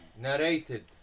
Narrated